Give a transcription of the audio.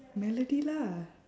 melody lah